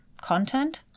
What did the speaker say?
content